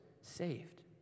saved